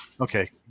Okay